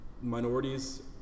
minorities